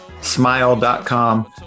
smile.com